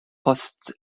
post